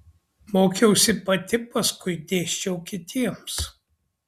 mokiausi pati paskui dėsčiau kitiems